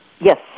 Yes